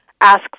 ask